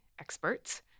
experts